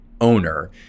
owner